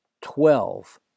twelve